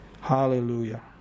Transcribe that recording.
Hallelujah